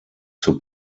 zur